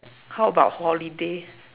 how about holiday